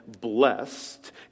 blessed